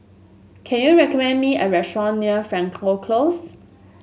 can you recommend me a restaurant near Frankel Close